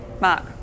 Mark